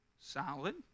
Solid